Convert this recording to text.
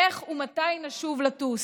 איך ומתי נשוב לטוס.